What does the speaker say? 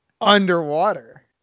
underwater